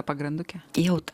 pagranduke jaut